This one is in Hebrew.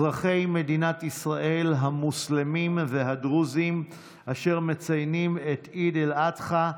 אזרחי מדינת ישראל המוסלמים והדרוזים אשר מציינים את עיד אל-אדחא,